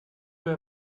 peu